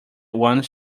one